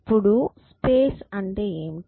ఇప్పుడు స్పేస్ అంటే ఏమిటి